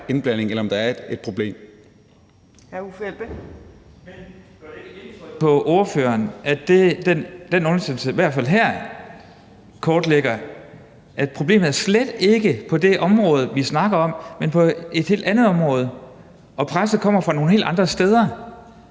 Elbæk. Kl. 12:47 Uffe Elbæk (UFG): Gør det ikke indtryk på ordføreren, at i hvert fald den undersøgelse her kortlægger, at problemet slet ikke er på det område, vi snakker om, men på et helt andet område, og presset kommer fra nogle helt andre steder.